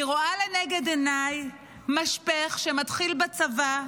אני רואה לנגד עיניי משפך שמתחיל בצבא,